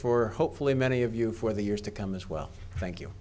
for hopefully many of you for the years to come as well thank you